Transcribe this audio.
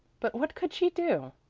but what could she do?